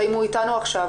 אם הוא איתנו עכשיו.